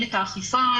מנהלת האכיפה,